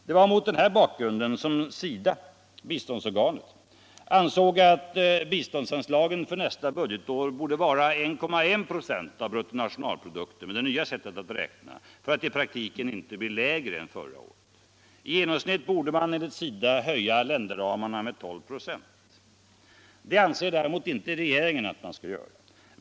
Det var mot den här bakgrunden SIDA, biståndsorganet, ansåg att biståndsanslagen för nästa budgetår med det nva sättet att beräkna borde vara 1,1 26 av bruttonationalprodukten för att i praktiken inte bli lägre än förra året. I genomsnitt borde man, enligt SIDA, höja länderramarna med 12 926. Det anser däremot inte regeringen att man skall göra.